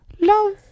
love